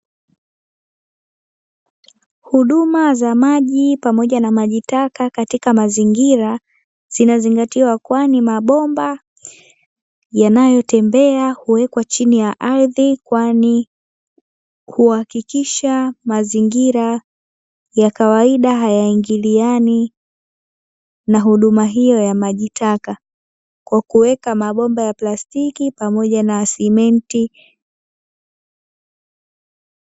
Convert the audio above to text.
Huduma za maji pamoja na maji taka katika mazingira zinazingatiwa kwani mabomba yanayotembea huwekwa chini ya ardhi, kwani huhakikisha mazingira ya kawaida hayaingiliani na huduma hiyo ya maji taka; kwa kuweka mabomba ya plastiki pamoja na simenti.